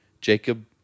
Jacob